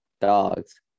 Dogs